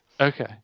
Okay